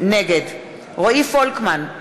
נגד רועי פולקמן,